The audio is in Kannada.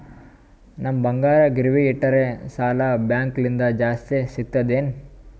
ನಮ್ ಬಂಗಾರ ಗಿರವಿ ಇಟ್ಟರ ಸಾಲ ಬ್ಯಾಂಕ ಲಿಂದ ಜಾಸ್ತಿ ಸಿಗ್ತದಾ ಏನ್?